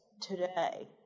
today